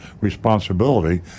responsibility